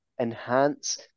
enhance